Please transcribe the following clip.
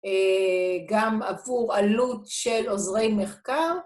גם עבור עלות של עוזרי מחקר.